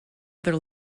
other